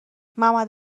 ممد